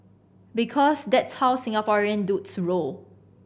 because that's how Singaporean dudes roll